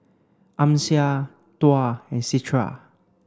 Amsyar Tuah and Citra